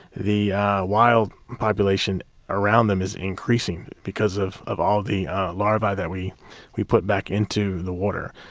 the wild population around them is increasing because of of all the larvae that we we put back into the water.